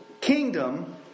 kingdom